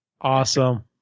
awesome